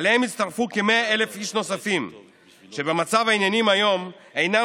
אליהם יצטרפו כ-100,000 איש שבמצב העניינים היום אינם